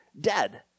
dead